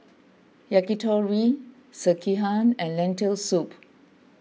Yakitori Sekihan and Lentil Soup